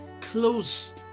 close